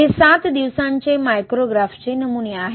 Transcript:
हे सात दिवसांचे मायक्रोग्राफचे नमुने आहेत